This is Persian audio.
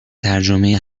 ترجمه